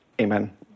Amen